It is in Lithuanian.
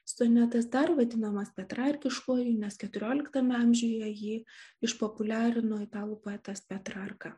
sonetas dar vadinamas petrarkiškuoju nes keturioliktame amžiuje jį išpopuliarino italų poetas petrarka